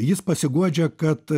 jis pasiguodžia kad